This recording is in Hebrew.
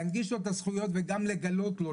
להנגיש לו את הזכויות, וגם לגלות לו.